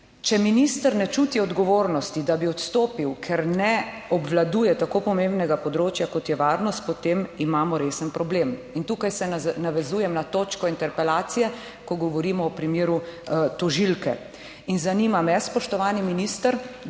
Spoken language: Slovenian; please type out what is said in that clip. Če minister ne čuti odgovornosti, da bi odstopil, ker ne obvladuje tako pomembnega področja kot je varnost, potem imamo resen problem. In tukaj se navezujem na točko interpelacije, ko govorimo o primeru tožilke. In zanima me, spoštovani minister,